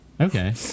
okay